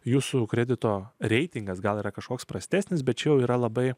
jūsų kredito reitingas gal yra kažkoks prastesnis bet čia yra labai